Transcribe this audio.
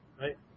right